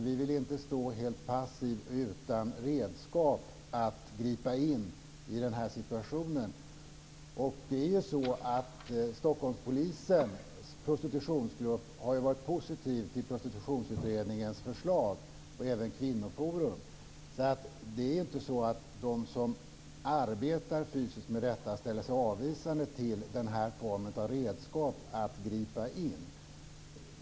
Vi vill inte stå helt passiva utan redskap att gripa in i den här situationen. Stockholmspolisens prostitutionsgrupp har varit positiv till Prostitutionsutredningens förslag, och det gäller även Kvinnoforum. Det är alltså inte så att de som arbetar fysiskt med detta ställer sig avvisande till denna form av redskap att gripa in.